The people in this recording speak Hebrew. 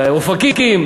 באופקים,